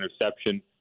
interception